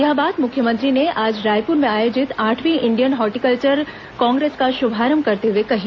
यह बात मुख्यमंत्री ने आज रायपुर में आयोजित आठवीं इंडियन हार्टिकल्चर कांग्रेस का श्रभारंभ करते हुए कही